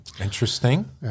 Interesting